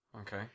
Okay